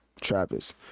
Travis